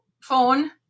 phone